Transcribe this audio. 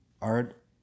art